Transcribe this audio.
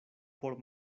por